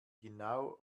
genau